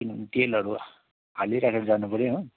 तेलहरू हालिराखेर जानु पर्यो हो